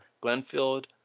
Glenfield